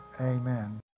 amen